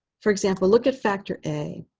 for example, look at factor a.